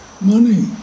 money